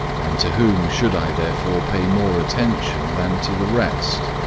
and to whom should i, therefore, pay more attention than to the rest?